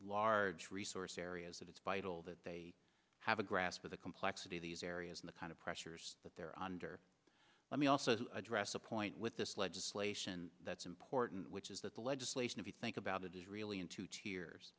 large resource areas that it's vital that they have a grasp of the complexity of these areas and the kind of pressures that they're under let me also address a point with this legislation that's important which is that the legislation if you think about it is really into tears